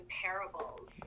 parables